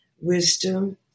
wisdom